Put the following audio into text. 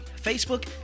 Facebook